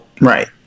right